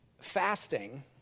Fasting